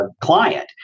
client